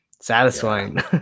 satisfying